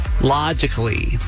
logically